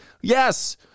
Yes